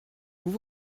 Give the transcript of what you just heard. vous